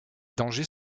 dangers